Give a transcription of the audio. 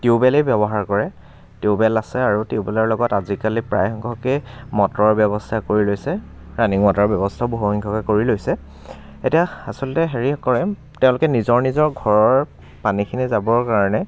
টিউবেলেই ব্যৱহাৰ কৰে টিউ বেল আছে আৰু টিউবেলৰ লগত আজিকালি প্ৰায় সংখ্যকে মটৰৰ ব্যৱস্থা কৰি লৈছে ৰানিং ৱাটাৰৰ ব্যৱস্থাও বহুসংখ্যকে কৰি লৈছে এতিয়া আচলতে হেৰি কৰে তেওঁলোকে নিজৰ নিজৰ ঘৰৰ পানীখিনি যাবৰ কাৰণে